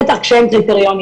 בטח כשאין קריטריונים,